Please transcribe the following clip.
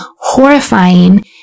horrifying